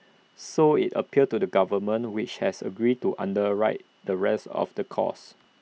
so IT appealed to the government which has agreed to underwrite the rest of the cost